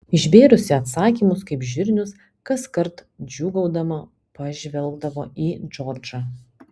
išbėrusi atsakymus kaip žirnius kaskart džiūgaudama pažvelgdavo į džordžą